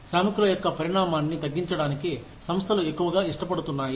శ్రామికుల యొక్క పరిమాణాన్ని తగ్గించడానికి సంస్థలు ఎక్కువగా ఇష్టపడుతున్నాయి